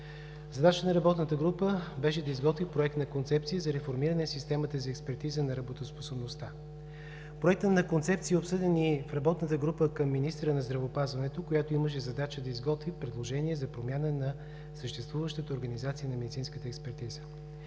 Задачата на работната група беше да изготви проект на концепция за реформиране на системата за експертиза на работоспособността. Проектът на концепция е обсъден и в работната група към министъра на здравеопазването, която имаше задача да изготви предложения за промяна на съществуващата организация на медицинската експертиза.